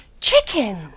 chicken